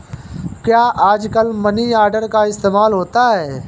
क्या आजकल money order का इस्तेमाल होता है?